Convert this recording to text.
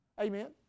Amen